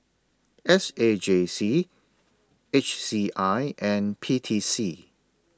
S A J C H C I and P T C